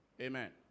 Amen